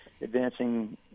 advancing